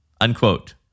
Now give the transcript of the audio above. unquote